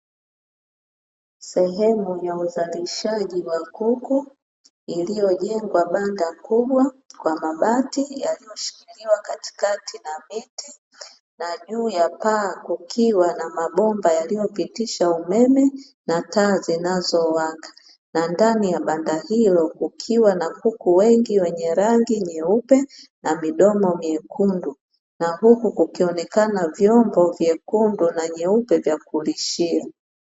Sehemu ya uzalishaji wa kuku iliyojengwa banda kubwa kwa mabati yaliyoshikiliwa katikati na miti, na juu ya paa kukiwa na mabomba yaliyopitisha umeme na taa zinazowaka. Na ndani ya banda hilo kukiwa na kuku wengi wenye rangi nyeupe na midomo myekundu. Na huku kukionekana vyombo vyekundu na nyeupe vya kulishia.